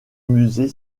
musée